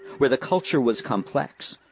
where the culture was complex,